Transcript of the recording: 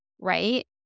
right